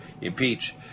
impeach